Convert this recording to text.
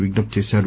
విజ్ఞప్తి చేశారు